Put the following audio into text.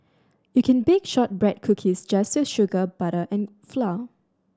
you can bake shortbread cookies just with sugar butter and flour